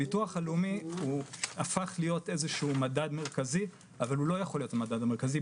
הביטוח הלאומי הפך להיות מדד מרכזי אבל הוא לא יכול להיות המדד המרכזי,